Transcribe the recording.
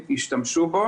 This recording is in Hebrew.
ישתמשו בו